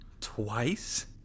Twice